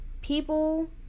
people